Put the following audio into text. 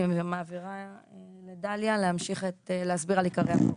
אני מעבירה לדליה, להמשיך להסביר על עיקרי החוק.